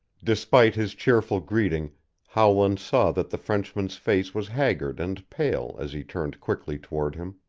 despite his cheerful greeting howland saw that the frenchman's face was haggard and pale as he turned quickly toward him.